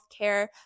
healthcare